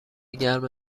گرم